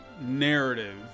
narrative